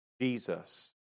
Jesus